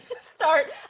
start